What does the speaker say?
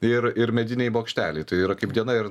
ir ir mediniai bokšteliai tai yra diena ir